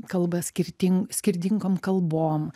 kalba skirtin skirtingom kalbom